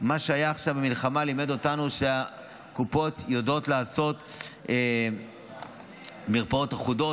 מה שהיה עכשיו במלחמה לימד אותנו שהקופות יודעות לעשות מרפאות אחודות,